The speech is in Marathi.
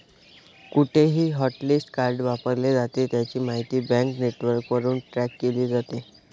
कुठेही हॉटलिस्ट कार्ड वापरले जाते, त्याची माहिती बँक नेटवर्कवरून ट्रॅक केली जाते